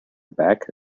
back